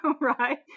Right